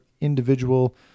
individual